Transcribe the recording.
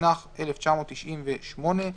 התשנ"ח 1998,